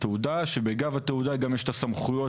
הם מקבלים תעודה שבגבה יש את הסמכויות